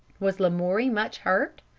was lamoury much hurt?